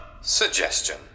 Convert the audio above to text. Suggestion